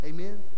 Amen